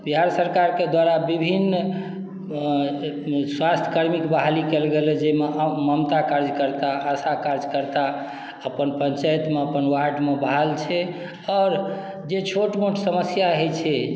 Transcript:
बिहार सरकार के द्वारा विभिन्न स्वास्थ कर्मी के बहाली कायल गेल जाहिमे ममता कार्यकर्ता आशा कार्यकर्ता अपन पंचायत मे अपन वार्ड मे बहाल छै आओर जे छोट मोट समस्या होइ छै